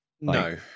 No